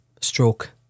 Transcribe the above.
stroke